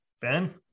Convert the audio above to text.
Ben